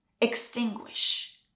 extinguish